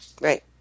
Right